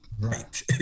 Right